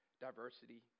diversity